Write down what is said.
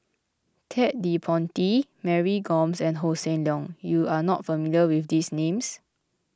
Ted De Ponti Mary Gomes and Hossan Leong you are not familiar with these names